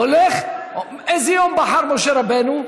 הוא הולך, ואיזה יום בחר משה רבנו?